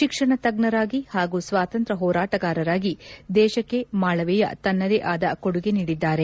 ಶಿಕ್ಷಣ ತಜ್ಞರಾಗಿ ಹಾಗೂ ಸ್ವಾತಂತ್ರ್ಮ ಹೋರಾಟಗಾರರಾಗಿ ದೇಶಕ್ಕೆ ಮಾಳವೀಯ ತನ್ನದೇ ಆದ ಕೊಡುಗೆ ನೀಡಿದ್ದಾರೆ